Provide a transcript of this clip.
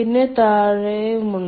പിന്നെ താഴെയുമുണ്ട്